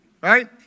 Right